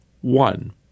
one